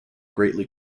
greatly